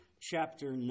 chapter